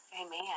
Amen